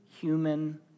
human